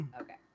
Okay